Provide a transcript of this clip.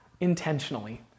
intentionally